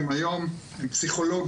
הם היום פסיכולוגים,